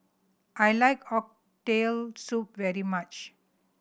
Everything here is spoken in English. I like Oxtail Soup very much